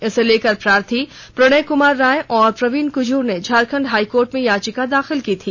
इसको लेकर प्रार्थी प्रणय कुमार राय और प्रवीन कुजुर ने झारखंड हाई कोर्ट में याचिका दाखिल की थी